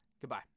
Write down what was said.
Goodbye